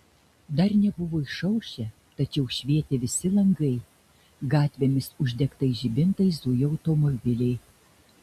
dar nebuvo išaušę tačiau švietė visi langai gatvėmis uždegtais žibintais zujo automobiliai